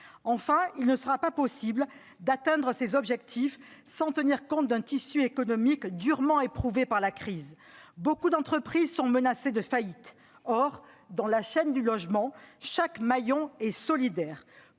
Enfin, il ne sera pas possible d'atteindre ces objectifs sans tenir compte d'un tissu économique durement éprouvé par la crise. Beaucoup d'entreprises sont menacées de faillite ; or, dans la chaîne du logement, chaque maillon est solidaire.